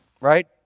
right